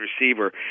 receiver